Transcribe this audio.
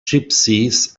gypsies